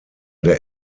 der